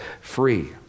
free